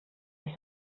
sich